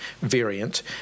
variant